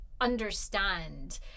understand